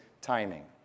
timing